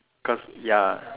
because ya